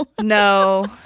No